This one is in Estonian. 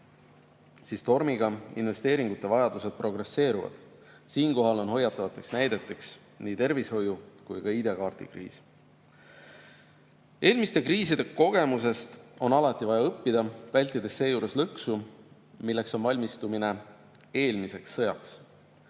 siis tormiga investeeringute vajadused progresseeruvad. Siinkohal on hoiatavateks näideteks nii tervishoiu‑ kui ka ID-kaardi kriis. Eelmiste kriiside kogemusest on alati vaja õppida, vältides seejuures lõksu, milleks on valmistumine eelmiseks sõjaks.